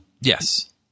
yes